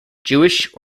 jewish